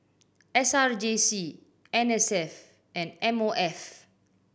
S R J C N S F and M O F